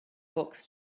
books